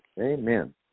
amen